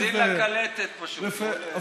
הוא מאזין לקלטת, פשוט.